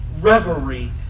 reverie